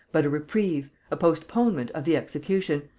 but a reprieve, a postponement of the execution,